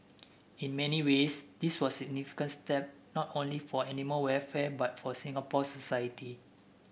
in many ways this was a significant step not only for animal welfare but for Singapore society